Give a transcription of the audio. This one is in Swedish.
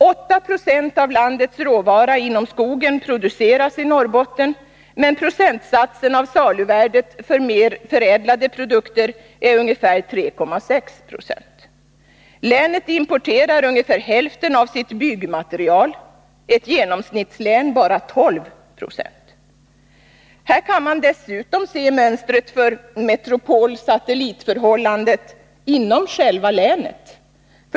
8 70 av landets skogsråvara produceras i Norrbotten, men procentsatsen när det gäller saluvärdet för mer förädlade produkter är ungefär 3,6. Länet importerar ungefär hälften av sitt byggmaterial, medan ett genomsnittslän bara importerar 12 76. Här kan man dessutom se mönstret för metropol-satellit-förhållandet inom själva länet.